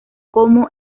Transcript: como